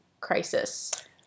crisis